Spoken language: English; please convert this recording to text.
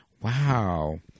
Wow